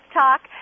talk